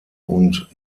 und